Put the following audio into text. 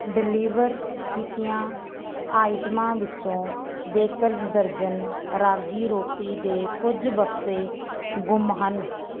deliver ਕੀਤੀਆਂ ਆਈਟਮਾਂ ਵਿੱਚੋਂ ਬੇਕਰਜ਼ ਦਰਜਨ ਰਾਗੀ ਰੋਟੀ ਦੇ ਕੁਝ ਬਕਸੇ ਗੁੰਮ ਹਨ